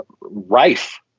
rife